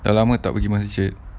dah lama tak pergi masjid